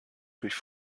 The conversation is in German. durch